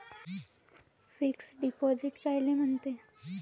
Fix deposit कायले म्हनते?